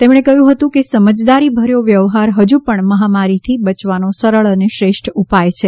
તેમણે કહ્યું હતું કે સમજદારી ભર્યો વ્યવહાર હજુ પણ મહામારીથી બચવાનો સરળ અને શ્રેષ્ઠ ઉપાય છે